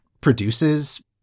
produces